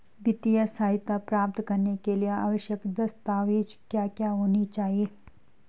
वित्तीय सहायता प्राप्त करने के लिए आवश्यक दस्तावेज क्या क्या होनी चाहिए?